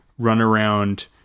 runaround